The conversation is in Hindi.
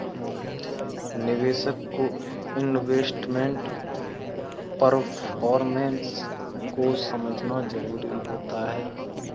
निवेशक को इन्वेस्टमेंट परफॉरमेंस को समझना जरुरी होता है